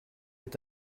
est